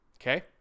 okay